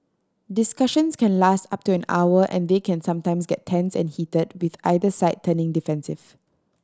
discussions can last up to an hour and they can sometimes get tense and heated with either side turning defensive